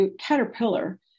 caterpillar